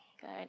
Good